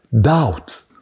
doubt